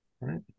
Right